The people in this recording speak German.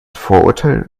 vorurteil